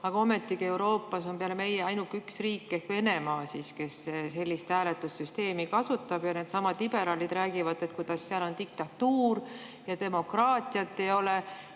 Aga ometigi on Euroopas peale meie ainult üks riik ehk Venemaa, kes sellist hääletussüsteemi kasutab. Needsamad liberaalid räägivad, kuidas seal on diktatuur ja demokraatiat ei ole.